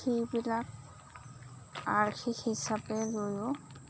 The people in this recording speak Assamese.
সেইবিলাক